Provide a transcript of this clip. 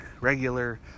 regular